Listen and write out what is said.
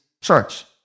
church